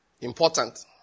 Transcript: important